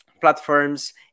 platforms